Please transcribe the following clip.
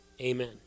Amen